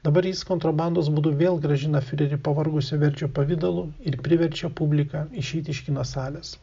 dabar jis kontrabandos būdu vėl grąžina fiurerį pavargusio verdžio pavidalu ir priverčia publiką išeiti iš kino salės